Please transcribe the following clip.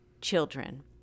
children